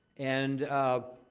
and, ah.